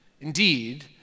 Indeed